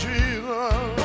Jesus